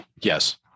yes